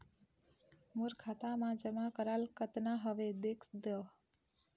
मोर खाता मा जमा कराल कतना हवे देख देव?